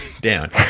down